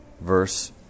verse